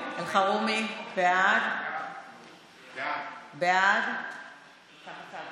הלאומי (הוראת שעה, נגיף הקורונה החדש)